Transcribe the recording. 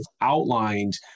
outlined